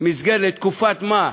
מסגרת לתקופת-מה,